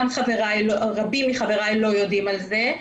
גם רבים מחבריי לא יודעים על זה,